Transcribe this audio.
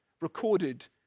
recorded